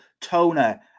toner